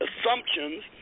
assumptions